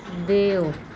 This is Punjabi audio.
ਦਿਓ